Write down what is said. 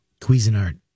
Cuisinart